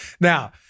Now